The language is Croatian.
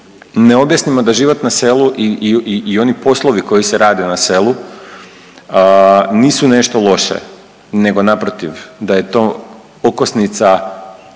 ne objasnimo da život na selu i oni poslovi koji se rade na selu nisu nešto loše nego naprotiv da je to okosnica